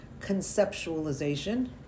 conceptualization